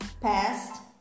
past